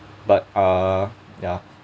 but err ya